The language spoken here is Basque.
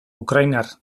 ukrainar